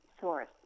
source